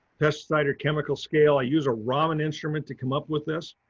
pesticides or chemicals scale. i use a raman instrument to come up with this.